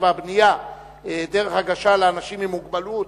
והבנייה (דרך הנגשה לאנשים עם מוגבלות),